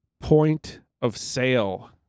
point-of-sale